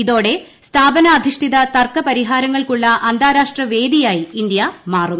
ഇതോടെ സ്ഥാപനാധിഷ്ഠിത തർക്ക പരിഹാരങ്ങൾക്കുള്ള അന്താരാഷ്ട്ര വേദിയായി ഇന്ത്യ മാറും